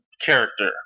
character